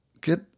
get